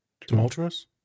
tumultuous